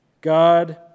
God